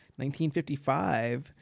1955